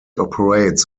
operates